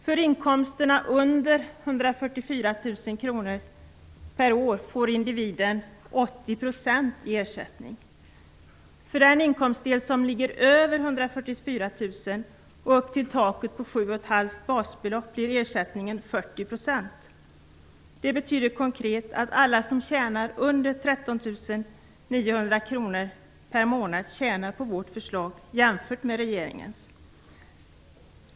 För inkomsterna under 144 000 kr per år får individen 80 % 144 000 kr och upp till taket på 7,5 basbelopp blir ersättningen 40 %. Det betyder konkret att alla som tjänar under 13 900 kr per månad tjänar på vårt förslag, jämfört med regeringens.